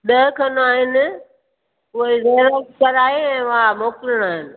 ॾह खनि आहिनि उहे जैरॉक्स कराए ऐं उहे मोकिलणा आहिनि